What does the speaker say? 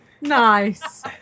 Nice